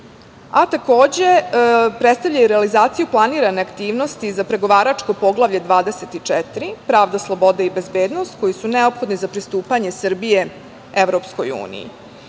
a takođe predstavlja i realizaciju planirane aktivnosti za pregovaračko Poglavlje 24 – pravda, sloboda i bezbednost, koji su neophodni za pristupanje Srbije u